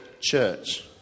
church